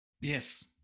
Yes